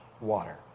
water